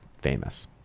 famous